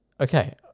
okay